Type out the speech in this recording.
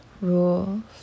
rules